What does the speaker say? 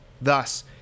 Thus